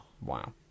wow